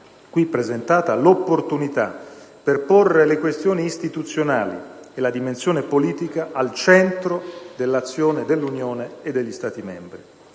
qui presentata, l'opportunità per porre le questioni istituzionali e la dimensione politica al centro dell'azione dell'Unione e degli Stati membri.